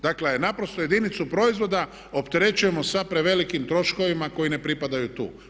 Dakle, naprosto jedinicu proizvoda opterećujemo sa prevelikim troškovima koji ne pripadaju tu.